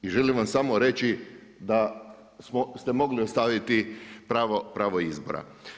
I želim vam samo reći da ste mogli ostaviti pravo izbora.